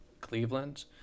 Cleveland